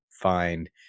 find